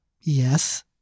yes